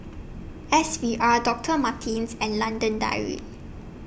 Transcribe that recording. S V R Doctor Martens and London Dairy